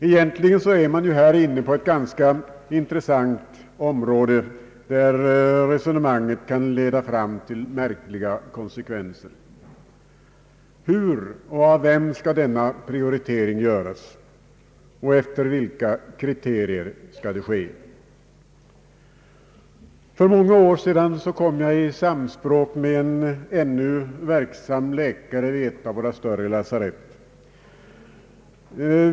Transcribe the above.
Egentligen är vi här inne på ett ganska intressant område, där resonemanget kan leda fram till märkliga konsekvenser. Hur och av vem skall denna prioritering göras, efter vilka kriterier skall den ske? För många år sedan kom jag i samspråk med en ännu verksam läkare vid ett av våra större lasarett.